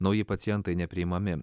nauji pacientai nepriimami